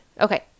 Okay